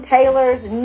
Taylor's